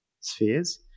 spheres